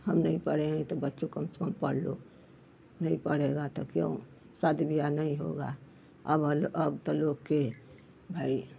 हम नहीं पढ़े हैं तो बच्चों कम स कम पढ़ लो नहीं पढ़ेगा तो क्यों शादी ब्याह नहीं होगा अब अब लोग के भाई